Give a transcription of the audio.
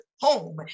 home